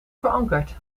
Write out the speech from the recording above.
verankerd